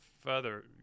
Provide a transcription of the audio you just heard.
further